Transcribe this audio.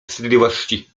wstydliwości